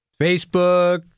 Facebook